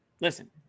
listen –